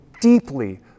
deeply